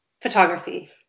photography